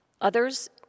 Others